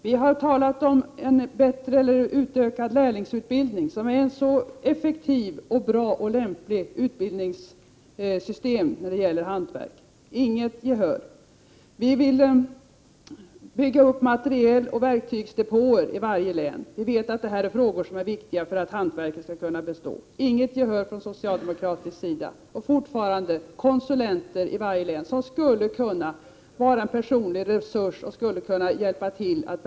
Vi har talat om en utökad lärlingsutbildning, vilket är ett effektivt och bra utbildningssystem när det gäller hantverk, men vi har inte fått något gehör. Vi vill bygga upp materieldepåer och verktygsdepåer i varje län, eftersom vi vet att det är viktiga saker för att få hantverket att bestå. Vi har inte fått något gehör från socialdemokratisk sida. Det kunde tillsättas konsulenter i varje län som skulle kunna vara en personlig resurs och som verkligen skulle kunna få fart på detta.